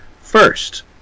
first